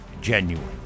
genuine